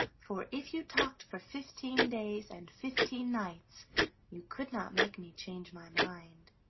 for if you talked for fifteen days and fifteen nights you could not make me change my mind.